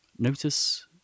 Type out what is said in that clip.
Notice